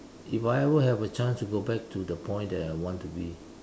if I ever have a chance to go back to the point that I want to be